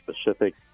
specific